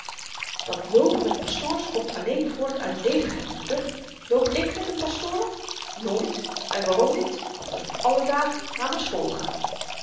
dat loopen met pastoors komt alleen voort uit ledigheid moeder loop ik met n pastoor nooit waarom niet omdat ik alle dagen naar m'n school ga